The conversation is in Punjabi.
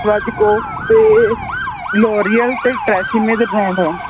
ਵਾਜਕੋ ਅਤੇ ਲੋਰੀਅਲ ਅਤੇ ਟ੍ਰੇਸਮੇ